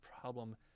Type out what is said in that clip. problem